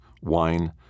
wine